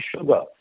sugar